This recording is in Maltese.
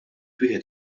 wieħed